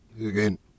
Again